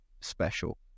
special